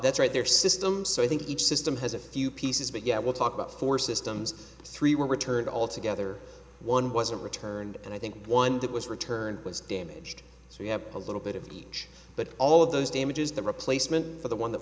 that's right there system so i think each system has a few pieces but yeah we'll talk about four systems three were returned all together one wasn't returned and i think one that was returned was damaged so we have a little bit of the edge but all of those damages the replacement for the one that